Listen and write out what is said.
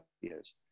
years